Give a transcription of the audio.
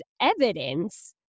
evidence